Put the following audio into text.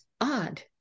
odd